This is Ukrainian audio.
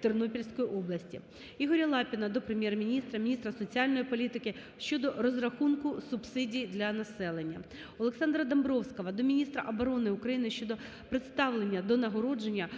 Тернопільської області. Ігоря Лапіна до Прем'єр-міністра, міністра соціальної політики щодо розрахунку субсидій для населення. Олександра Домбровського до міністра оборони України щодо представлення до нагородження